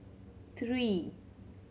three